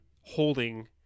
holding